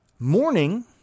Morning